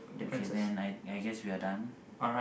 okay then I I guess we are done